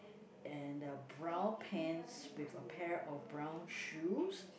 and uh brown pants with a pair of brown shoes